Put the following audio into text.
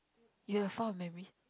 you have fond memory